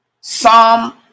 Psalm